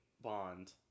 Bond